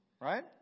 right